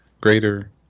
greater